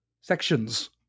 Sections